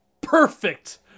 perfect